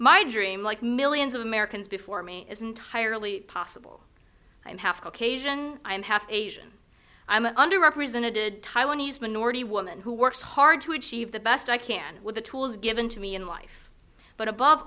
my dream like millions of americans before me is entirely possible i have occasion i am half asian i am under represented taiwanese minority woman who works hard to achieve the best i can with the tools given to me in life but above